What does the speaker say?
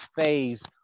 phase –